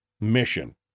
mission